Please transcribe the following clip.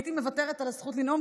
הייתי מוותרת על הזכות לנאום,